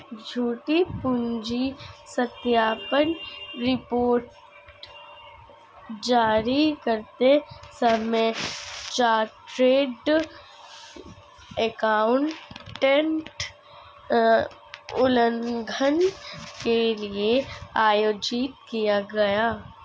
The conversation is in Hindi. झूठी पूंजी सत्यापन रिपोर्ट जारी करते समय चार्टर्ड एकाउंटेंट उल्लंघन के लिए आयोजित किया गया